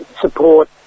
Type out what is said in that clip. support